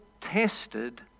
tested